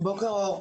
בוקר טוב.